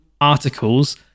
articles